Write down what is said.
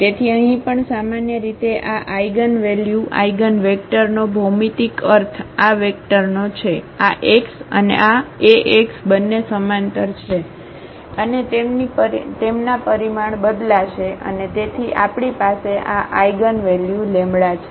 તેથી અહીં પણ સામાન્ય રીતે આ આઇગનવેલ્યુ આઇગનન્વેક્ટરનો ભૌમિતિક અર્થ આ વેક્ટરનો છે આ x અને આ Ax બંને સમાંતર છે અને તેમની પરિમાણ બદલાશે અને તેથી આપણી પાસે આ આઇગનવેલ્યુ લેમ્બડા છે